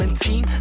team